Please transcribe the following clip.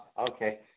Okay